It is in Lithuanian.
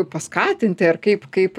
paskatinti ar kaip kaip